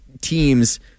teams